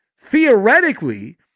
Theoretically